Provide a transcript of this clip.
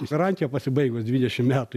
garantija pasibaigus dvidešim metų